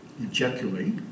ejaculate